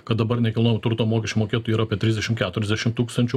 kad dabar nekilnojamo turto mokesčių mokėtojų yra apie trisdešim keturiasdešim tūkstančių